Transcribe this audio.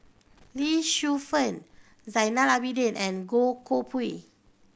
Lee Shu Fen Zainal Abidin and Goh Koh Pui